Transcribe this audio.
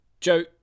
Joe